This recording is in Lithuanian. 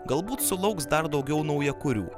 galbūt sulauks dar daugiau naujakurių